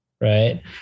right